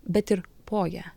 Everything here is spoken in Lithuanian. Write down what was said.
bet ir po ja